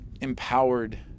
empowered